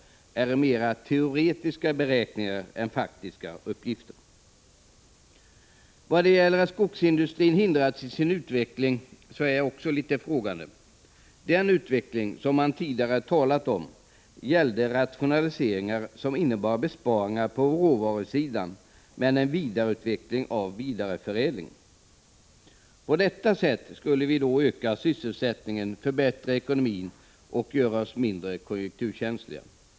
1985/86:165 mera är teoretiska beräkningar än faktiska uppgifter. 6 juni 1986 Vad gäller påståendet att skogsindustrin har hindrats i sin utveckling är jag litet frågande. Den utveckling som man tidigare har talat om gällde rationaliseringar, som innebar besparingar på råvarusidan men en vidareutveckling av vidareförädlingen. På detta sätt skulle vi öka sysselsättningen, förbättra ekonomin och göra oss mindre konjunkturkänsliga.